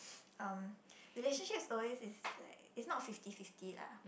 um relationships is always is like it's not fifty fifty lah